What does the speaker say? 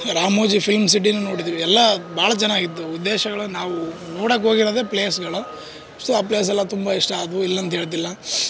Ramoji film ಸಿಟಿನು ನೋಡಿದ್ವಿ ಎಲ್ಲ ಭಾಳ್ ಚೆನ್ನಾಗಿತ್ತು ಉದ್ದೇಶಗಳು ನಾವು ನೋಡೋಕ್ ಹೋಗಿರೋದೇ ಪ್ಲೇಸ್ಗಳು ಸೋ ಆ ಪ್ಲೇಸೆಲ್ಲಾ ತುಂಬ ಇಷ್ಟ ಆದವು ಇಲ್ಲಾಂತ ಹೇಳ್ತಿಲ್ಲಾ